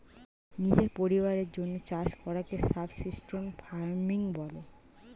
নিজের পরিবারের জন্যে চাষ করাকে সাবসিস্টেন্স ফার্মিং বলে